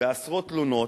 בעשרות תלונות.